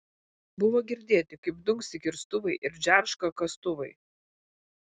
buvo girdėti kaip dunksi kirstuvai ir džerška kastuvai